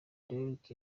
deryck